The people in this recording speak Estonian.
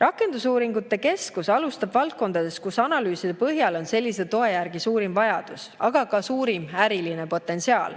Rakendusuuringute keskus alustab valdkondades, kus analüüside põhjal on sellise toe järgi suurim vajadus, aga ka suurim äriline potentsiaal.